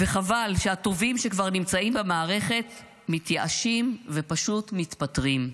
וחבל שהטובים שכבר נמצאים במערכת מתייאשים ופשוט מתפטרים.